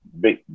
big